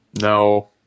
No